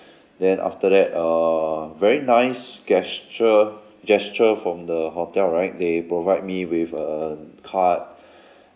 then after that err very nice gesture gesture from the hotel right they provide me with a card